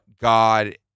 god